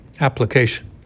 Application